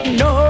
no